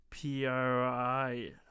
PRI